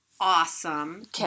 Awesome